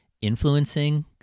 influencing